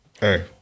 Hey